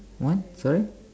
what sorry